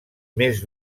més